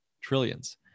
Trillions